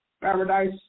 Paradise